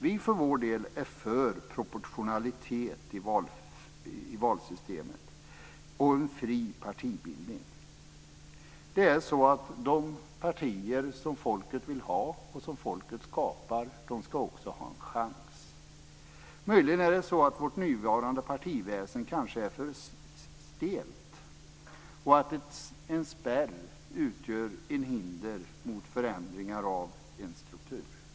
Vi för vår del är för proportionalitet i valsystemet och en fri partibildning. De partier som folket vill ha och som folket skapar ska också ha en chans. Möjligen är vårt nuvarande partiväsende för stelt. En spärr utgör kanske ett hinder mot förändringar av strukturen.